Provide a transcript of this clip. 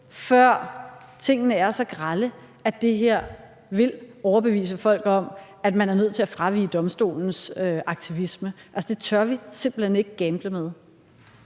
før tingene er så grelle, at det vil overbevise folk om, at man er nødt til at fravige Domstolens aktivisme. Det tør vi simpelt hen ikke gamble med.